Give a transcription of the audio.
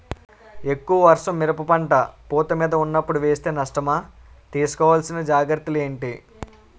ఎక్కువ వర్షం మిరప పంట పూత మీద వున్నపుడు వేస్తే నష్టమా? తీస్కో వలసిన జాగ్రత్తలు ఏంటి?